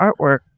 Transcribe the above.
artwork